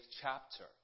chapter